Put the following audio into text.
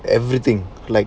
everything like